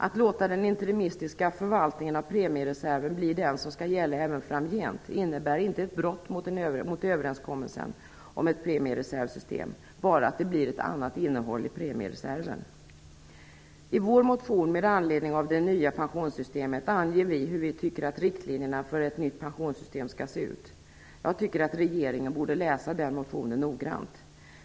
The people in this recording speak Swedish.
Att låta den interimistiska förvaltningen av premiereserven bli den som skall gälla även framgent innebär inte något brott mot överenskommelsen om ett premiereservsystem, utan bara att det blir ett annat innehåll i premiereserven. I vår motion med anledning av det nya pensionssystemet anger vi hur vi tycker att riktlinjerna för ett nytt pensionssystem skall se ut. Jag tycker att regeringen borde läsa motionen noggrant.